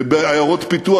ובעיירות פיתוח,